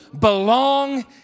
belong